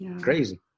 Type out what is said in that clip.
crazy